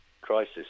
Crisis